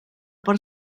per